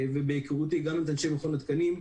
וגם מהיכרותי את אנשי מכון התקנים,